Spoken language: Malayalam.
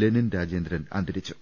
ലെനിൻ രാജേന്ദ്രൻ അന്തരി ച്ചു